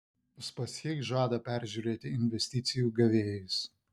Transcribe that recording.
uspaskich žada peržiūrėti investicijų gavėjus